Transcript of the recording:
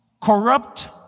Corrupt